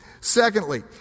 Secondly